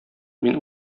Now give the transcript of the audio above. мин